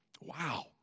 Wow